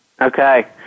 Okay